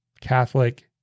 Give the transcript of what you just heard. Catholic